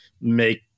make